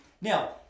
Now